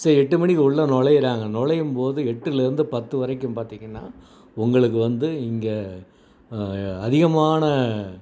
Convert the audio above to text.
சரி எட்டு மணிக்கு உள்ளே நுழைகிறாங்க நுழையும்போது எட்டுலேருந்து பத்து வரைக்கும் பார்த்தீங்கன்னா உங்களுக்கு வந்து இங்கே அதிகமான